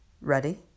Ready